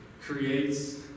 creates